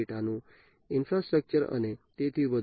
data નું infrastructure અને તેથી વધુ